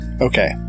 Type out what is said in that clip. Okay